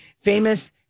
famous